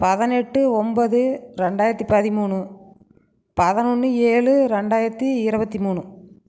பதினெட்டு ஒம்பது ரெண்டாயிரத்து பதிமூணு பதினொன்னு ஏழு ரெண்டாயரத்து இருவத்தி மூணு